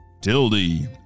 Tildy